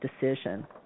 decision